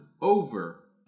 over